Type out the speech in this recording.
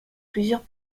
plusieurs